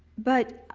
but